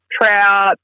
trout